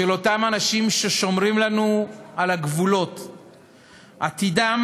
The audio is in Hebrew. של אותם אנשים ששומרים לנו על הגבולות, עתידם,